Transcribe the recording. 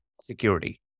security